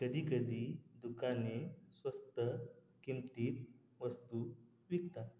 कधी कधी दुकाने स्वस्त किंमतीत वस्तू विकतात